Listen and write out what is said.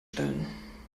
stellen